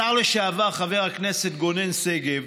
השר לשעבר חבר הכנסת גונן שגב,